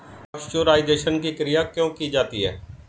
Pasteurisation की क्रिया क्यों की जाती है?